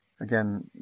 Again